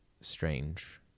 strange